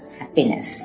happiness